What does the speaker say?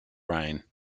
rain